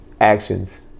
actions